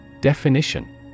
Definition